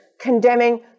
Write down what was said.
condemning